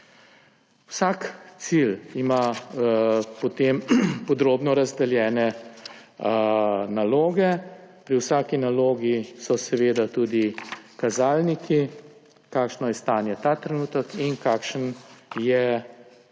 Vsak cilj ima potem podrobno razdeljene naloge. Pri vsaki nalogi so tudi kazalniki, kakšno je stanje ta trenutek in kakšen je cilj